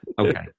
Okay